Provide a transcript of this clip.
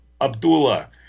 Abdullah